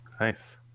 Nice